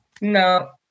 No